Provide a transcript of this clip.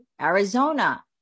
Arizona